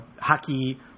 hockey